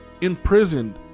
imprisoned